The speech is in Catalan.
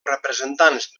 representants